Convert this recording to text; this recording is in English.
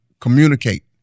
Communicate